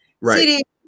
Right